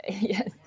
Yes